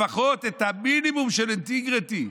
לפחות מינימום של אינטגריטי,